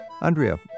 Andrea